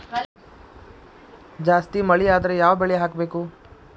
ಜಾಸ್ತಿ ಮಳಿ ಆದ್ರ ಯಾವ ಬೆಳಿ ಹಾಕಬೇಕು?